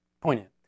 poignant